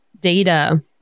data